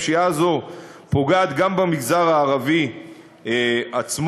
פשיעה זו פוגעת גם במגזר הערבי עצמו,